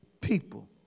people